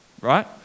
Right